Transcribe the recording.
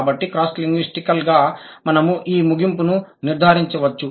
కాబట్టి cross linguistical గా మనము ఈ ముగింపును నిర్ధారించవచ్చు